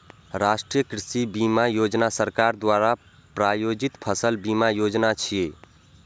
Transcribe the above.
राष्ट्रीय कृषि बीमा योजना सरकार द्वारा प्रायोजित फसल बीमा योजना छियै